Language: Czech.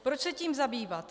Proč se tím zabývat?